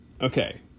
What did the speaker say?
Okay